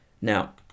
Now